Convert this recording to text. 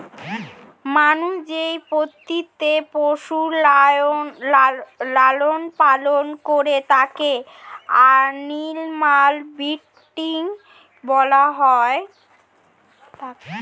মানুষ যে পদ্ধতিতে পশুর লালন পালন করে তাকে অ্যানিমাল ব্রীডিং বলা হয়